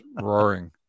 roaring